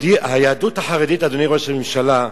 היהדות החרדית, אדוני ראש הממשלה,